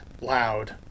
loud